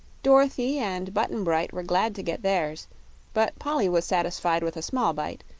dorothy and button-bright were glad to get theirs but polly was satisfied with a small bite,